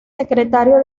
secretario